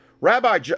Rabbi